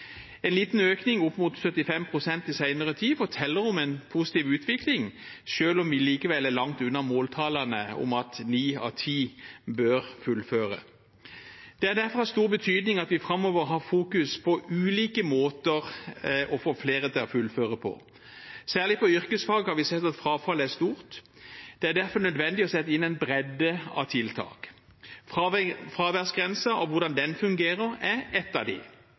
En liten økning i senere tid – opp mot 75 pst. – forteller om en positiv utvikling, selv om vi likevel er langt unna måltallene der ni av ti fullfører. Det er derfor av stor betydning at vi framover fokuserer på ulike måter å få flere til å fullføre på. Særlig på yrkesfag har vi sett at frafallet er stort. Det er derfor nødvendig å sette inn en bredde av tiltak. Fraværsgrensen og hvordan den fungerer, er et av